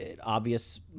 obvious